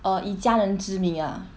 orh 以家人之名 ah